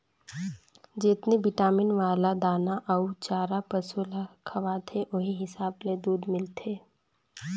जेतनी बिटामिन वाला दाना अउ चारा पसु ल खवाथे ओहि हिसाब ले दूद मिलथे